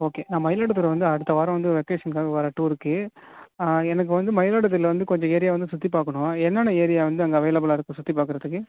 okay நான் மயிலாடுதுறை வந்து அடுத்த வாரம் வந்து வெக்கேஷனுக்காக வரேன் டூருக்கு எனக்கு வந்து மயிலாடுதுறையில் வந்து கொஞ்சம் ஏரியா வந்து சுற்றிப் பார்க்கணும் என்னென்ன ஏரியா வந்து அங்கே அவைலபிளாக இருக்குது சுற்றிப் பார்க்கறதுக்கு